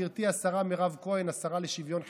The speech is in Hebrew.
גברתי השרה מירב כהן, השרה לשוויון חברתי,